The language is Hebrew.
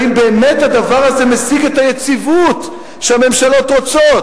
האם באמת הדבר הזה משיג את היציבות שהממשלות רוצות?